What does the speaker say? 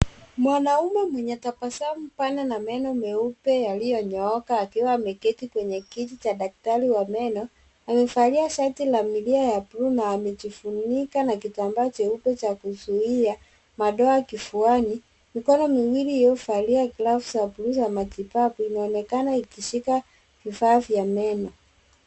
Mwanaume mwenye tabasamu pana na meno meupe yaliyonyooka akiwa ameketi kwenye kiti cha daktari wa meno amevali ashati la milia na buluu na amejifunika na kitambaa cheupe cha kuzuia mado akifuani. Mikono miwili iliyovalia glavu za buluu za matibabu inaonekana ikishika vifaa vya meno.